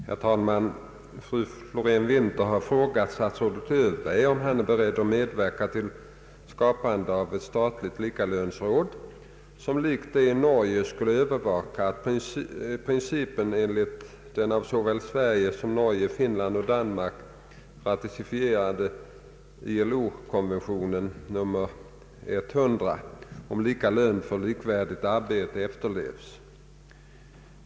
Herr talman! Fru Florén-Winther har frågat statsrådet Löfberg om han är beredd att medverka till skapandet av ett statligt likalönsråd som likt det i Norge skall övervaka att principen enligt den av såväl Sverige som Norge, Finland och Danmark ratificerade ILO-konventionen nr 100 om lika lön för likvärdigt arbete efterlevs.